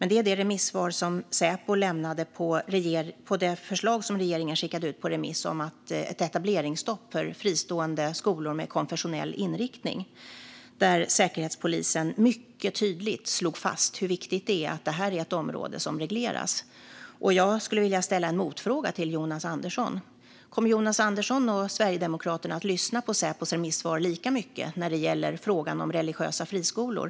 Det är det remissvar som Säpo lämnade på det förslag om ett etableringsstopp för fristående skolor med konfessionell inriktning som regeringen skickade ut på remiss. Säkerhetspolisen slog där mycket tydligt fast hur viktigt det är att detta område regleras. Jag skulle vilja ställa en motfråga till Jonas Andersson: Kommer Jonas Andersson och Sverigedemokraterna att lyssna lika mycket på Säpos remissvar när det gäller frågan om religiösa friskolor?